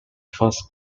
first